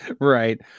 Right